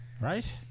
right